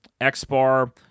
X-bar